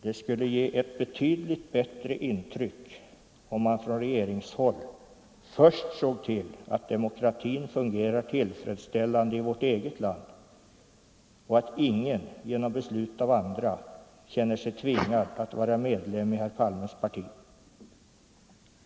Det skulle ge ett betydligt bättre intryck om man från regeringshåll först såg till att demokratin fungerar tillfredsställande i vårt eget land och att ingen genom beslut av andra känner sig tvingad att vara medlem i herr Palmes parti.